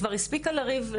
כבר הספיקה לריב,